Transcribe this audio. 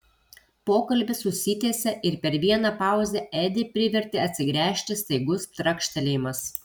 pokalbis užsitęsė ir per vieną pauzę edį privertė atsigręžti staigus trakštelėjimas